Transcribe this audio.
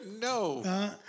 no